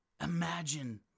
Imagine